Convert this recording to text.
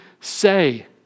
say